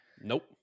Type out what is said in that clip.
Nope